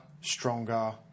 stronger